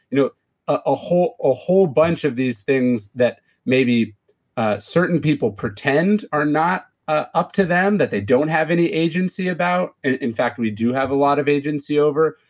you know ah a whole bunch of these things that maybe certain people pretend are not ah up to them, that they don't have any agency about, in fact, we do have a lot of agency over.